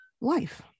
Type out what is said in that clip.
life